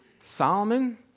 Solomon